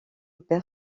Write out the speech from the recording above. perd